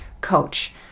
coach